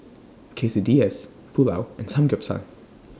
Quesadillas Pulao and Samgeyopsal